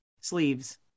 sleeves